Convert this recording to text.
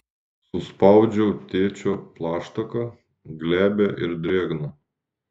suspaudžiau tėčio plaštaką glebią ir drėgną